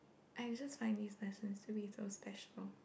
I'm just find this person to be so special